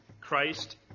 Christ